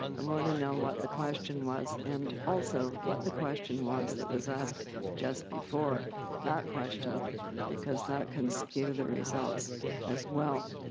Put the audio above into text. i want to know what the question was and also what the question was that was asked just before that question because that can skew the results as well.